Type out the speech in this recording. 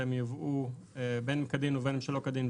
שהם יובאו בין אם כדין ובין אם שלא כדין,